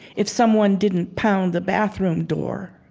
if someone didn't pound the bathroom door.